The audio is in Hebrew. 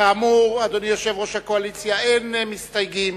כאמור, אדוני יושב-ראש הקואליציה, אין מסתייגים,